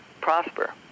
prosper